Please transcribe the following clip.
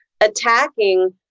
attacking